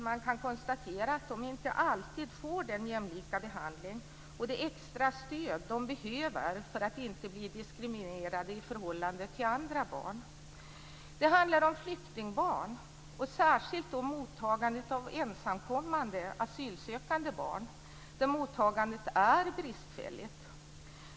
Man kan konstatera att de inte alltid får den jämlika behandling och det extra stöd de behöver för att inte bli diskriminerade i förhållande till andra barn. Det handlar om flyktingbarn, och särskilt om mottagandet av ensamkommande asylsökande barn. Mottagandet är bristfälligt.